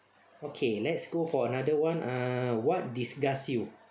okay let's go for another one uh what disgust you